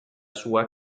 sua